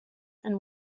and